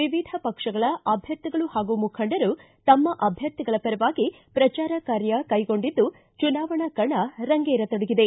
ವಿವಿಧ ಪಕ್ಷಗಳ ಅಭ್ವರ್ಥಿಗಳು ಹಾಗೂ ಮುಖಂಡರು ತಮ್ಮ ಅಭ್ವರ್ಥಿಗಳ ಪರವಾಗಿ ಪ್ರಚಾರ ಕಾರ್ಯ ಕೈಗೊಂಡಿದ್ದು ಚುನಾವಣಾ ಕಣ ರಂಗೇರ ತೊಡಗಿದೆ